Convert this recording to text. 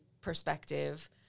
perspective